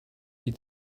die